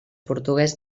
portuguès